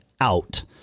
out